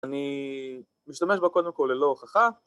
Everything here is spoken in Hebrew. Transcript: אני משתמש בה קודם כל ללא הוכחה...